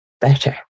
better